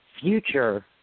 future